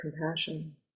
compassion